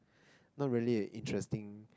not really interesting